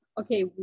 okay